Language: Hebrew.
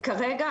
כרגע,